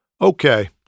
Okay